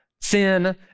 sin